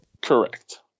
Correct